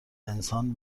انسان